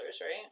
right